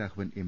Raghavan M